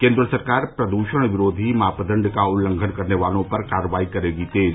केन्द्र सरकार प्रदूषण विरोधी मापदंड का उल्लंघन करने वालों पर कार्रवाई करेगी तेज